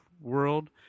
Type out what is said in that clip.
world